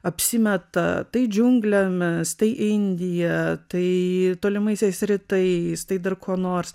apsimeta tai džiunglėmis tai indija tai tolimaisiais rytais tai dar kuo nors